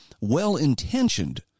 well-intentioned